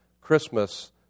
Christmas